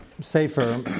safer